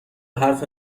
حرف